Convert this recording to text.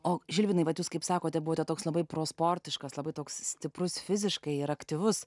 o žilvinui vat jūs kaip sakote buvote toks labai pro sportiškas labai toks stiprus fiziškai ir aktyvus